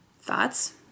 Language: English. Thoughts